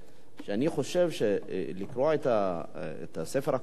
שלקרוע את ספרי הקודש שלהם,